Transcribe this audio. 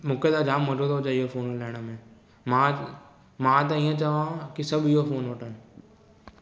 मूंखे त जामु मज़ो थो अचे इहो फोन हलाइण में मां मां त हीअं चवांव की सभु इहो फोन वठनि